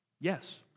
Yes